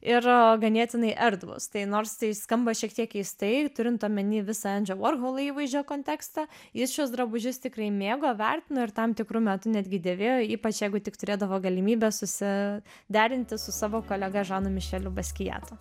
ir ganėtinai erdvūs tai nors tai skamba šiek tiek keistai turint omeny visą endžio vorholo įvaizdžio kontekstą jis šiuos drabužius tikrai mėgo vertino ir tam tikru metu netgi dėvėjo ypač jeigu tik turėdavo galimybę susi derinti su savo kolega žanu mišeliu baskiatu